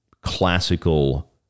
classical